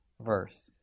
verse